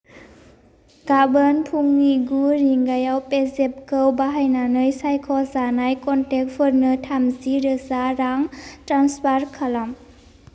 गाबोन फुंनि गु रिंगायाव पेजेफखौ बाहायनानै सायख'जानाय क'नटेक्टफोरनो थामजि रोजा रां ट्रेन्सफार खालाम